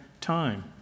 time